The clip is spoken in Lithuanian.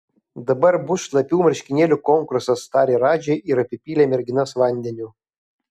dabar bus šlapių marškinėlių konkursas tarė radži ir apipylė merginas vandeniu